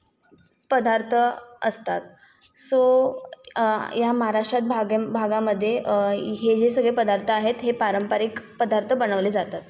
पदार्थ असतात सो या महाराष्ट्रात भाग्या भागामध्ये हे जे सगळे पदार्थ आहेत हे पारंपरिक पदार्थ बनवले जातात